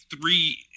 three